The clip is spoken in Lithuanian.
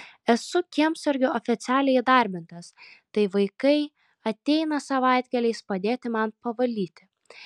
esu kiemsargiu oficialiai įdarbintas tai vaikai ateina savaitgaliais padėti man pavalyti